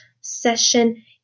session